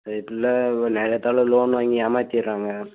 இதில் நிலத்தால லோன் வாங்கி ஏமாற்றிர்றாங்க